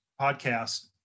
podcast